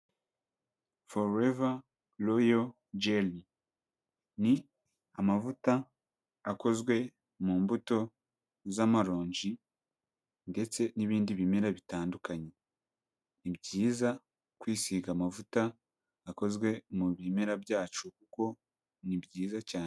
Forever Royal Jel ni amavuta akozwe mu mbuto z'amaronji ndetse n'ibindi bimera bitandukanye, ni byiza kwisiga amavuta akozwe mu bimera byacu kuko ni byiza cyane.